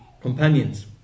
Companions